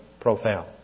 profound